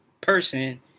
person